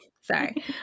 Sorry